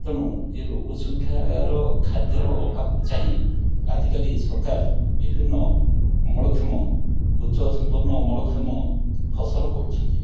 ତେଣୁ ଏ ଲୋକ ସଂଖ୍ୟାର ଖାଦ୍ୟର ଅଭାବକୁ ଚାହିଁ ଆଜିକାଲି ସରକାର ବିଭିନ୍ନ ଅମଳକ୍ଷମ ଉଚ୍ଚ ସମ୍ପନ୍ନ ଅମଳକ୍ଷମ ଫସଲ କରୁଛନ୍ତି